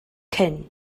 cyn